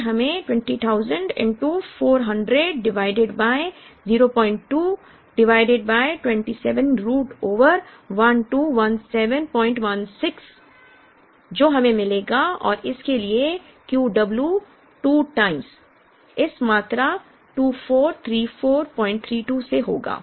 यह हमें 20000 400 divided by 02 divided by 27 root over 121716 जो हमें मिलेगा और इसके लिए Q w 2 टाइम्स इस मात्रा 243432 से होगा